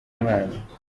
mwana